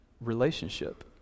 relationship